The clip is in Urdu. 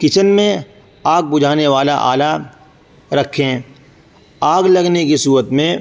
کچن میں آگ بجھانے والا آلہ رکھیں آگ لگنے کی صورت میں